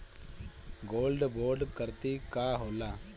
Gold bond करतिं का होला?